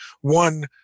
one